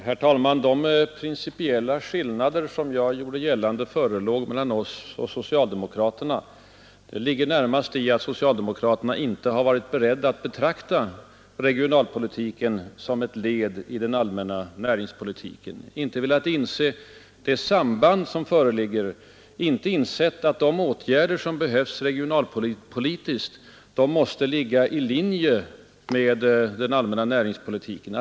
Herr talman! De principiella skillnader som jag gjorde gällande förelåg mellan oss och socialdemokraterna ligger närmast i att socialdemokraterna inte har varit beredda att betrakta regionalpolitiken som ett led i den allmänna näringspolitiken, inte velat inse det samband som föreligger, inte insett att de åtgärder som behövs inom regionalpolitiken måste ligga i linje med den allmänna näringspolitiken.